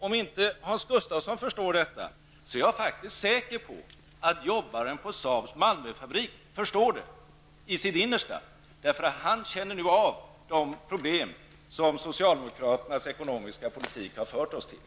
Om inte Hans Gustafsson förstår detta, så är jag faktiskt säker på att jobbaren på Saabs Malmöfabrik förstår det i sitt innersta -- för han känner nu av de problem som socialdemokraternas ekonomiska politik har fört oss in i.